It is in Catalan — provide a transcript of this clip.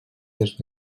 des